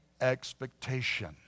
expectation